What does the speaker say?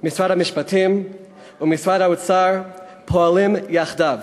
משרד המשפטים ומשרד האוצר פועלים יחדיו,